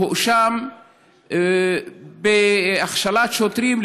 או הואשם בהכשלת שוטרים,